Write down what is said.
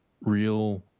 real